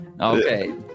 Okay